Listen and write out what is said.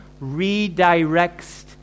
redirects